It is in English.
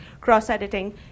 cross-editing